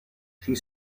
she